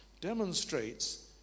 demonstrates